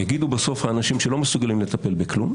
יגידו בסוף האנשים שלא מסוגלים לטפל בכלום